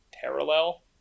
Parallel